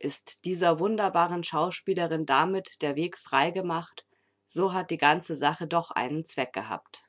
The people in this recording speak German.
ist dieser wunderbaren schauspielerin damit der weg freigemacht so hat die ganze sache doch einen zweck gehabt